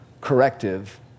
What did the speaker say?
corrective